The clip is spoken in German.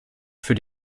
für